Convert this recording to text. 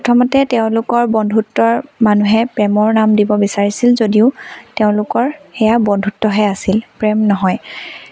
প্ৰথমতে তেওঁলোকৰ বন্ধুত্বৰ মানুহে প্ৰেমৰ নাম দিব বিচাৰিছিল যদিও তেওঁলোকৰ সেয়া বন্ধুত্বহে আছিল প্ৰেম নহয়